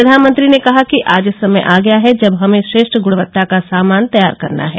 प्रधानमंत्री ने कहा कि आज समय आ गया है जब हमें श्रेष्ठ गुणवत्ता का सामान तैयार करना है